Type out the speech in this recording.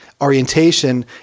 orientation